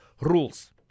Rules